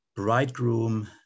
bridegroom